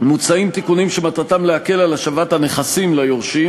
מוצעים תיקונים שמטרתם להקל על השבת הנכסים ליורשים,